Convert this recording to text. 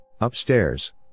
Upstairs